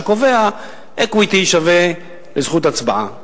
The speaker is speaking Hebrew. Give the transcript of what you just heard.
שקובע: אקוויטי שווה לזכות הצבעה,